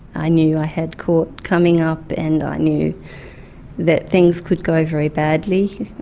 i knew i had court coming up and i knew that things could go very badly,